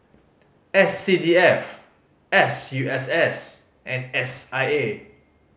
S C D F S U S S and S I A